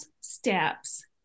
steps